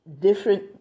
different